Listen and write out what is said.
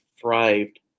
thrived